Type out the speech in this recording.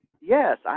Yes